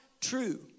true